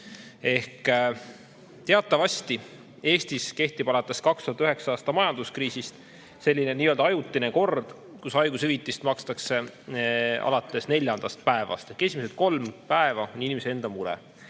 Teatavasti kehtib Eestis alates 2009. aasta majanduskriisist nii-öelda ajutine kord, et haigushüvitist makstakse alates neljandast päevast. Esimesed kolm päeva on inimese enda mure,